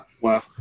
wow